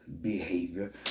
behavior